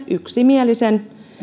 yksimielisen